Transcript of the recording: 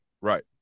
Right